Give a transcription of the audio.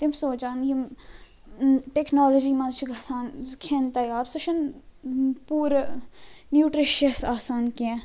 تِم سونٛچان یم ٹیٚکنالوجی مَنٛز چھُ گَژھان کھیٚن تیار سُہ چھُنہٕ پوٗرٕ نیٛوٹرٛشیٚس آسان کیٚنٛہہ